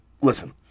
listen